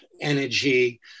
energy